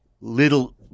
little